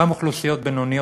גם אוכלוסיות בינוניות,